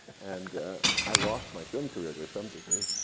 and i lost my film career to some degree.